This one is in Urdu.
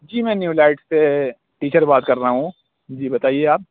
جی میں نیو لائٹ سے ٹیچر بات کر رہا ہوں جی بتائیے آپ